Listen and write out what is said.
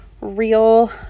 real